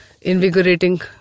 invigorating